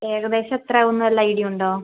ഏകദേശം എത്രയാവും എന്ന് വല്ല ഐഡിയ ഉണ്ടോ